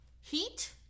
Heat